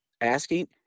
asking